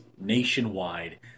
nationwide